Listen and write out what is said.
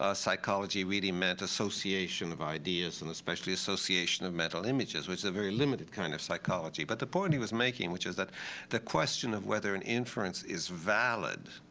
ah psychology really meant association of ideas, and especially association of mental images, which is a very limited kind of psychology. but the point he was making, which is that the question of whether an inference is valid,